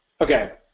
Okay